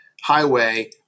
highway